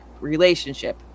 relationship